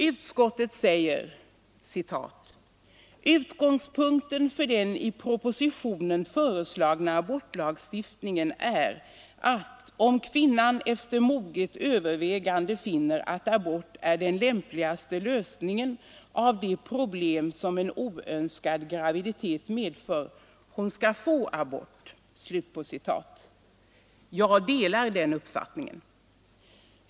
Utskottet säger: ”Utgångspunkten för den i propositionen föreslagna abortlagstiftningen är att, om kvinnan efter moget övervägande finner att abort är den lämpligaste lösningen av de problem som en oönskad graviditet medför, hon också skall få abort.” Jag delar den uppfattningen.